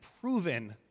proven